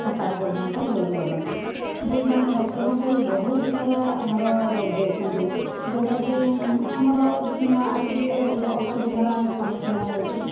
ସକାଳ ପର୍ଯ୍ୟନ୍ତ ଡ୍ୟୁଟି କରନ୍ତି ଦୁଇଜଣ ଡ଼କ୍ଟରଙ୍କୁ ବହୁତ ସାରା ଆମର ରୋଗୀ ଅଛନ୍ତି ଯେଉଁଟାକି ଆମର ଆସିକି ଅସୁବିଧାର ଆମେ ସମ୍ମୁଖୀନ ହେଉଛୁ